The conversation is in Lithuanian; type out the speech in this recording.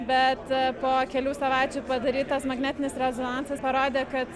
bet po kelių savaičių padarytas magnetinis rezonansas parodė kad